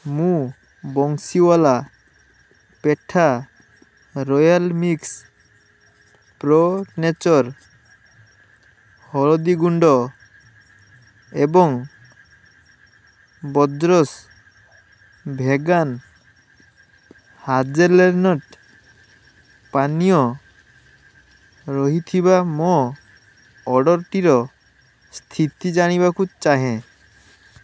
ମୁଁ Bansiwala Petha royal mix pro nature ହଳଦୀ ଗୁଣ୍ଡ ଏବଂ ବୋର୍ଜ୍ସ୍ ଭେଗାନ୍ ହାଜେଲନଟ୍ ପାନୀୟ ରହିଥିବା ମୋ ଅର୍ଡ଼ର୍ଟିର ସ୍ଥିତି ଜାଣିବାକୁ ଚାହେଁ